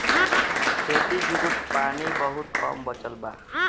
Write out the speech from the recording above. खेती जुगुत पानी बहुत कम बचल बा